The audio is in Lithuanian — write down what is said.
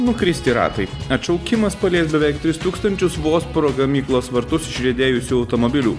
nukristi ratai atšaukimas palies beveik tris tūkstančius vos pro gamyklos vartus išriedėjusių automobilių